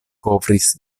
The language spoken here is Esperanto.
kovris